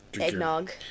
Eggnog